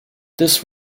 this